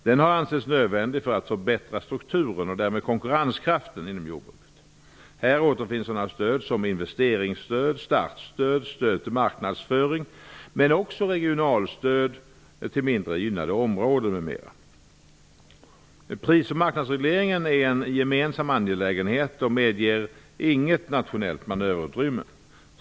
Den har ansetts nödvändig för att förbättra strukturen och därmed konkurrenskraften inom jordbruket. Här återfinns sådana stöd som investeringsstöd, startstöd, stöd till marknadsföring men också regionalstöd till mindre gynnade områden m.m. Pris och marknadsregleringen är en gemensam angelägenhet och medger inget nationellt manöverutrymme.